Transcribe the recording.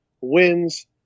wins